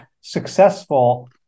successful